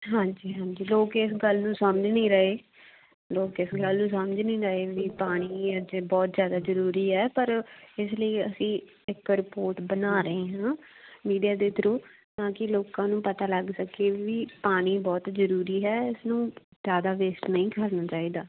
ਹਾਂਜੀ ਹਾਂਜੀ ਲੋਕ ਇਸ ਗੱਲ ਨੂੰ ਸਮਝ ਨਹੀਂ ਰਹੇ ਲੋਕ ਇਸ ਗੱਲ ਨੂੰ ਸਮਝ ਨਹੀਂ ਰਹੇ ਵੀ ਪਾਣੀ ਇੱਥੇ ਬਹੁਤ ਜ਼ਿਆਦਾ ਜ਼ਰੂਰੀ ਹੈ ਪਰ ਇਸ ਲਈ ਅਸੀਂ ਇੱਕ ਰਿਪੋਰਟ ਬਣਾ ਰਹੇ ਹਾਂ ਮੀਡੀਆ ਦੇ ਥਰੂ ਤਾਂ ਕਿ ਲੋਕਾਂ ਨੂੰ ਪਤਾ ਲੱਗ ਸਕੇ ਵੀ ਪਾਣੀ ਬਹੁਤ ਜ਼ਰੂਰੀ ਹੈ ਇਸਨੂੰ ਜ਼ਿਆਦਾ ਵੇਸਟ ਨਹੀਂ ਕਰਨਾ ਚਾਹੀਦਾ